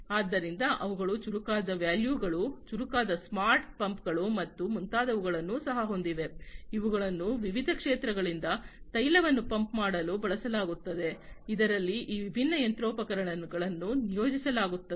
ಆದ್ದರಿಂದ ಅವುಗಳು ಚುರುಕಾದ ವ್ಯಾಲ್ಯೂ ಗಳು ಚುರುಕಾದ ಸ್ಮಾರ್ಟ್ ಪಂಪ್ಗಳು ಮತ್ತು ಮುಂತಾದವುಗಳನ್ನು ಸಹ ಹೊಂದಿವೆ ಇವುಗಳನ್ನು ವಿವಿಧ ಕ್ಷೇತ್ರಗಳಿಂದ ತೈಲವನ್ನು ಪಂಪ್ ಮಾಡಲು ಬಳಸಲಾಗುತ್ತದೆ ಇದರಲ್ಲಿ ಈ ವಿಭಿನ್ನ ಯಂತ್ರೋಪಕರಣಗಳನ್ನು ನಿಯೋಜಿಸಲಾಗುತ್ತದೆ